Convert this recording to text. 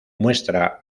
muestra